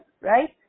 right